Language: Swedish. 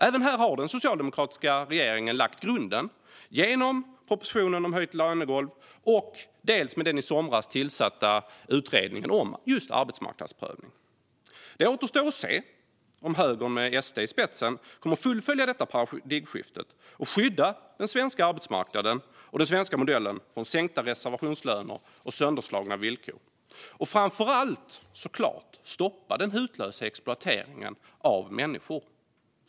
Även här har den socialdemokratiska regeringen lagt grunden, dels genom propositionen om höjt lönegolv, dels med den i somras tillsatta utredningen om just arbetsmarknadsprövning. Det återstår att se om högern med Sverigedemokraterna i spetsen kommer att fullfölja detta paradigmskifte och skydda den svenska arbetsmarknaden och den svenska modellen från sänkta reservationslöner och sönderslagna villkor och framför allt, såklart, stoppa den hutlösa exploateringen av människor.